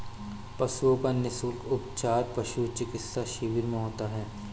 पशुओं का निःशुल्क उपचार पशु चिकित्सा शिविर में होता है